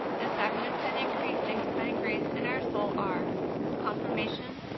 the sacraments that increase sanctifying grace in our soul are confirmation,